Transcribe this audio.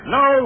no